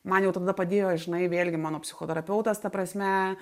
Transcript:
man jau tada padėjo žinai vėlgi mano psichoterapeutas ta prasme